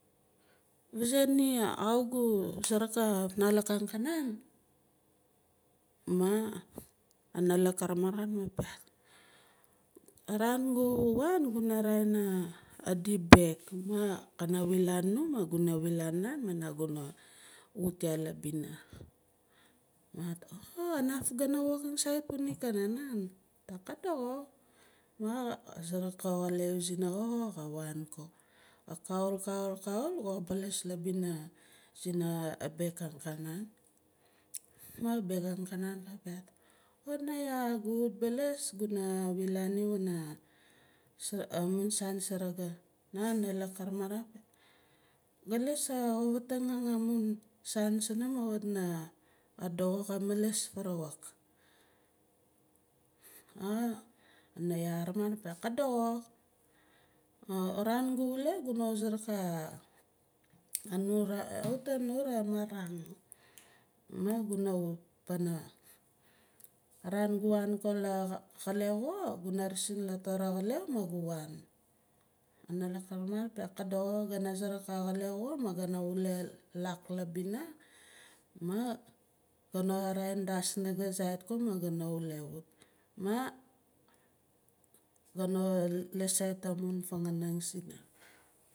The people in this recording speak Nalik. Vaazae nia how guzarak analik angkanan? Ma analak ka ramarat mah ka piaat araan gu waan guna raa- in adi baayaak kana wilaan nu ma guna wilaan naan ma naguna wut ya labina. Ka piaat sh kanaf gana wokang sait unig kanan aam ka piat ka doxo mah ka suruk axaleu sina xo ka wan ka ka kaulkau lka balas la bina sina baayaak angkanan ma abaayaak angkanan ka piaat oh niaya gu wut bala guna wilaan ni wana amun saan saraga ma analak ka namarat ga les ovartang amun saan sunum kawit na doxo ma araan gu wule gu suruk ah anur kawit a nur amarang ma guna wut pana aran gu wan la axalwu xo guna resin la tora axaleu ma gu wan a nalak ka ramarat ka piaat ka doxo gana suruk axaleu ma gana wule lak labina gana raa- in dasnugu sait maa gana wule wut maa gana lis sait amun fanganing sina